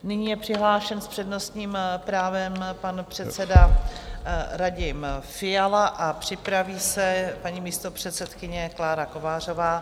Nyní je přihlášen s přednostním právem pan předseda Radim Fiala a připraví se paní místopředsedkyně Klára Kovářová .